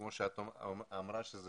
כמו שאמרת,